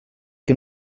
que